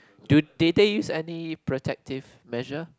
do did they use any protective measure